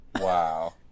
Wow